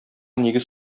нигез